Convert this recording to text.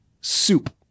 soup